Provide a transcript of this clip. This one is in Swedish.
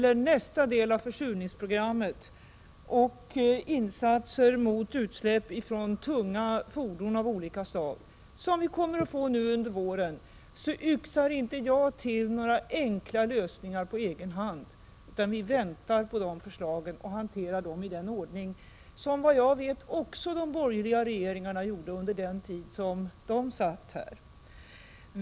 Vi väntar på att naturvårdsverket under våren skall lägga fram förslag då det gäller nästa del av försurningsprogrammet och då det gäller insatser mot utsläpp från tunga fordon av olika slag. Vi vill invänta dessa förslag och hantera dem i den ordning som såvitt jag vet också de borgerliga regeringarna hanterade problemen i på sin tid.